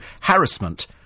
harassment